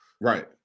right